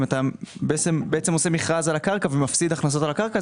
אם אתה עושה מרכז על הקרקע ומפסיד הכנסות על הקרקע.